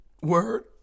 Word